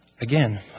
again